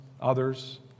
others